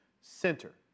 center